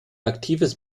aktives